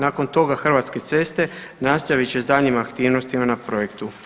Nakon toga Hrvatske ceste nastavit će s daljnjim aktivnostima na projektu.